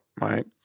right